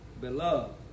Beloved